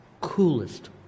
coolest